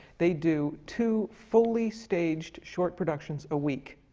they do two fully-staged short productions a week,